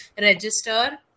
register